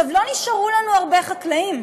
לא נשארו לנו הרבה חקלאים,